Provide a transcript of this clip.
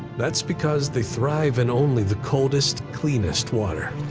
that's because they thrive in only the coldest, cleanest water.